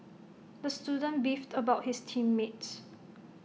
the student beefed about his team mates